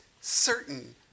certain